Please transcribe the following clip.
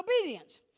obedience